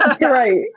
Right